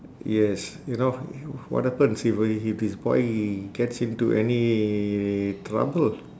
yes you know what happens if uh he this boy gets into any trouble